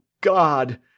God